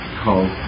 called